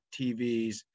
TVs